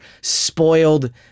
spoiled